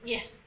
Yes